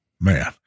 Man